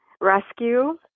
Rescue